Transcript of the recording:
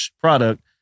product